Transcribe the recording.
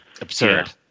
absurd